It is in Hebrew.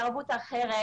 תרבות אחרת